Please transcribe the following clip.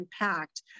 impact